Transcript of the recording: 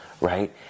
right